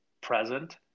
present